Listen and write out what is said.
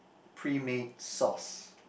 pre made sauce